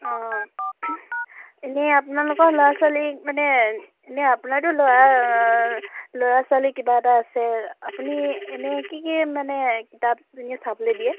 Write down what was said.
অঁ এনেই আপোনালোকৰ ল'ৰা ছোৱালীক মানে এনেই আপোনাৰতো ল'ৰা ল'ৰা ছোৱালী কিবা এটা আছে আপুনি এনেই কি কি মানে কিতাপ এনে চাবলৈ দিয়ে